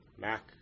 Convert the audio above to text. Mac